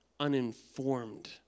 uninformed